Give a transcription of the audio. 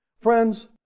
Friends